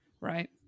Right